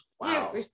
Wow